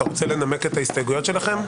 רוצה לנמק את ההסתייגויות שלכם?